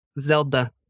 Zelda